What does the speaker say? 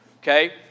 okay